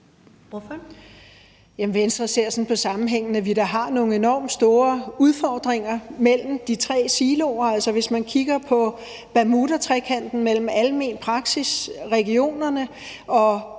(V): Venstre ser sådan på sammenhængen, at vi da har nogle enormt store udfordringer med forholdet mellem de tre siloer. Altså, hvis man kigger på bermudatrekanten mellem almen praksis, regionerne og